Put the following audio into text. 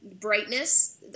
brightness